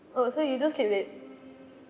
oh so you don't sleep late